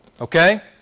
Okay